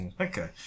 Okay